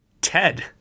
Ted